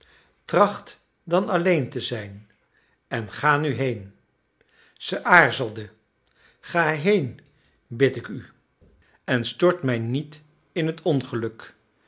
tracht dan alleen te zijn en ga nu heen zij aarzelde ga heen bid ik u en stort mij niet in het ongeluk